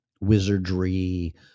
wizardry